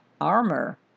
armor